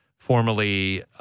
formerly